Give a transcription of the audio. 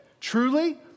truly